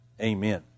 Amen